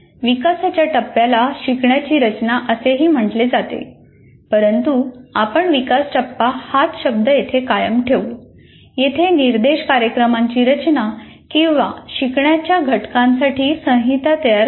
विकासाच्या टप्प्याला शिकण्याची रचना असेही म्हटले जाते परंतु आपण विकास टप्पा हाच शब्द येथे कायम ठेवू येथे निर्देश कार्यक्रमांची रचना किंवा शिकण्याच्या घटनांसाठी संहिता तयार करू